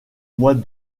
mois